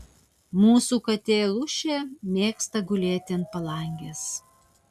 mūsų katė lūšė mėgsta gulėti ant palangės